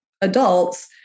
adults